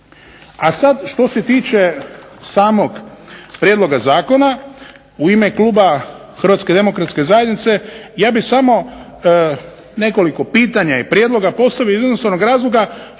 A sada što se tiče samog prijedloga zakona u ime kluba HDZ-a ja bih samo nekoliko pitanja i prijedloga postavio iz jednostavnog razloga